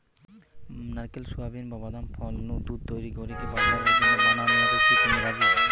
নারকেল, সুয়াবিন, বা বাদাম ফল নু দুধ তইরি করিকি বাজারের জন্য বানানিয়াতে কি তুমি রাজি?